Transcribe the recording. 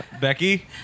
Becky